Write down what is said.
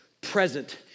present